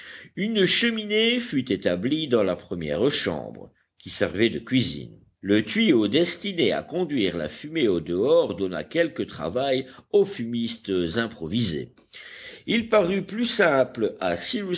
une cheminée fut établie dans la première chambre qui servait de cuisine le tuyau destiné à conduire la fumée au dehors donna quelque travail aux fumistes improvisés il parut plus simple à